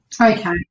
Okay